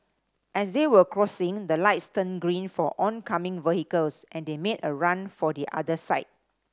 as they were crossing the lights turned green for oncoming vehicles and they made a run for the other side